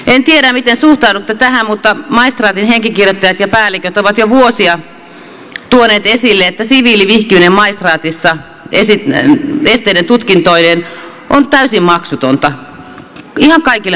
en tiedä miten suhtaudutte tähän mutta maistraatin henkikirjoittajat ja päälliköt ovat jo vuosia tuoneet esille että siviilivihkiminen maistraatissa esteiden tutkintoineen on täysin maksutonta ihan kaikille maailman kansalaisille